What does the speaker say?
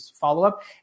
follow-up